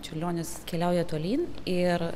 čiurlionis keliauja tolyn ir